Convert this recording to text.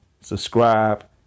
subscribe